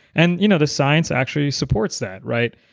and you know the science actually supports that, right?